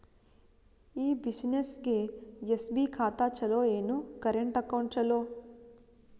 ಈ ಬ್ಯುಸಿನೆಸ್ಗೆ ಎಸ್.ಬಿ ಖಾತ ಚಲೋ ಏನು, ಕರೆಂಟ್ ಅಕೌಂಟ್ ಚಲೋ?